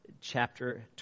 chapter